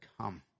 come